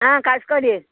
ಆಂ ಕಳ್ಸಿಕೊಡಿ